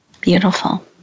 Beautiful